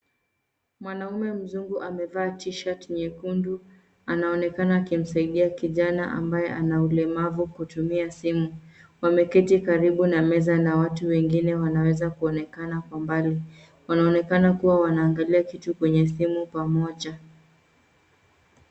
Mwanaume mzungu amevaa t-shirt nyekundu. Anaonekana akimsaidia kijana ambaye ana ulemavu kutumia simu. Wameketi karibu na meza na watu wengine wanaweza kuonekana kwa mbali. Wanaonekana kuwa wanaangalia kitu kwenye simu pamoja.